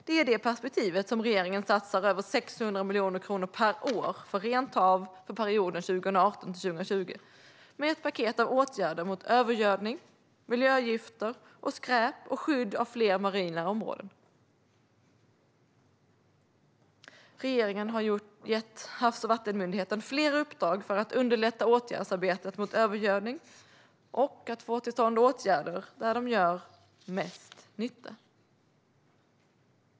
Det är i det perspektivet som regeringen satsar över 600 miljoner kronor per år på ett rent hav för perioden 2018-2020 med ett paket av åtgärder mot övergödning, miljögifter och skräp och på skydd av flera marina områden. Regeringen har gett Havs och vattenmyndigheten flera uppdrag för att underlätta åtgärdsarbetet mot övergödning och få till stånd åtgärder där de gör störst nytta.